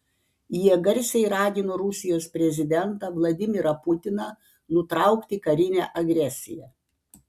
jie garsiai ragino rusijos prezidentą vladimirą putiną nutraukti karinę agresiją